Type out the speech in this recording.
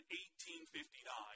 1859